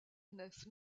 nef